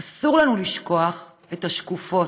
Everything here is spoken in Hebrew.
אסור לנו לשכוח את השקופות.